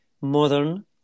modern